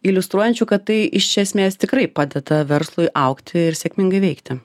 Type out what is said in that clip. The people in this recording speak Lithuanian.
iliustruojančių kad tai iš esmės tikrai padeda verslui augti ir sėkmingai veikti